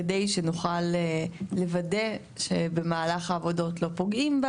כדי שנוכל לוודא שבמהלך העבודות לא פוגעים בה